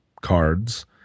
cards